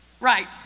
Right